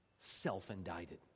self-indicted